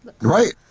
right